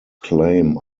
claim